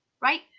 right